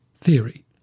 theory